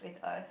it's us